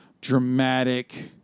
dramatic